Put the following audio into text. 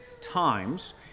times